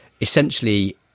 Essentially